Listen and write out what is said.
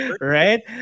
Right